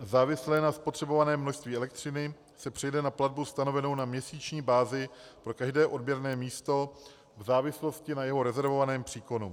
závislé na spotřebovaném množství elektřiny se přejde na platbu stanovenou na měsíční bázi pro každé odběrné místo v závislosti na jeho rezervovaném příkonu.